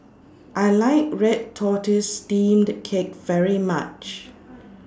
I like Red Tortoise Steamed Cake very much